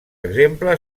exemple